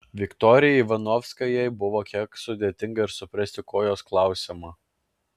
viktorijai ivanovskajai buvo kiek sudėtinga ir suprasti ko jos klausiama